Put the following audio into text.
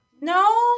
no